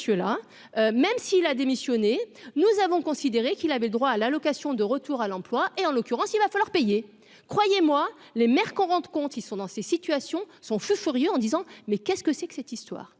même s'il a démissionné, nous avons considéré qu'il avait le droit à l'allocation de retour à l'emploi, et en l'occurrence, il va falloir payer, croyez-moi, les maires qu'on rende compte, ils sont dans ces situations sont fous furieux en disant : mais qu'est-ce que c'est que cette histoire et